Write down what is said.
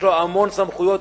יש לו המון סמכויות,